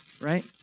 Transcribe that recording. right